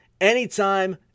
anytime